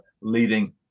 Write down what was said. leading